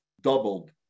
doubled